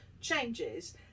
changes